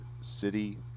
city